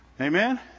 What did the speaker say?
Amen